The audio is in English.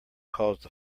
caused